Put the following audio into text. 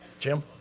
Jim